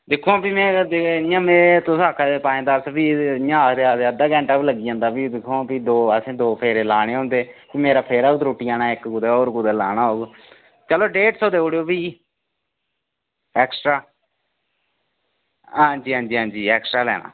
दिक्खो आं भी में तुस आक्खा दे पंज दस्स आक्खदे आक्खदे अद्धा घैंटा बी लग्गी जंदा भी दिक्खो आं असें दौ फेरे लाने होंदे ते मेरा फेरा बी त्रुट्टी जाना जेह्का होर कुदै लाना होग चलो डेढ़ सौ देई ओड़ेओ भी एक्स्ट्रा आं जी आं जी एक्स्ट्रा लैना